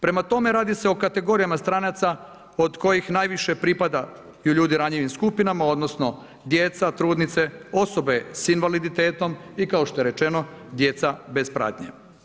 Prema tom, radi se o kategorijama stranaca od kojih najviše pripada i ljudi u ranijim skupinama, odnosno, djeca, trudnice, osobe s invaliditetom i kao što je rečeno djeca bez pratnje.